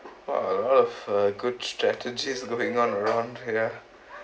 !wah! a lot of uh good strategy is going on around here